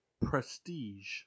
prestige